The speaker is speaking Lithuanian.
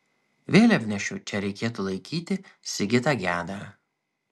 vėliavnešiu čia reikėtų laikyti sigitą gedą